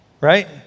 right